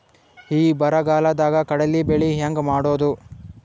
ಈ ಬರಗಾಲದಾಗ ಕಡಲಿ ಬೆಳಿ ಹೆಂಗ ಮಾಡೊದು?